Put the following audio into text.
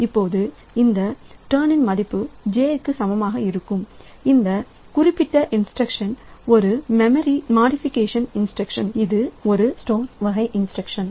இப்போது இந்த டர்ன் மதிப்பு j க்கு சமமாக இருக்கும் இந்த குறிப்பிட்ட இன்ஸ்டிரக்ஷன் ஒரு மெமரி மாடிஃபிகேஷன் இன்ஸ்டிரக்ஷன் ஆகும் இது ஒரு ஸ்டோரேஜ் வகை இன்ஸ்டிரக்ஷன்